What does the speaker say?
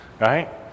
right